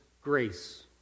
grace